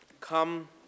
come